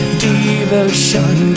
devotion